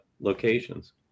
locations